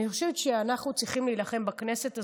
אני חושבת שאנחנו צריכים להילחם בכנסת הזאת,